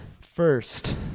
First